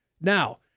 Now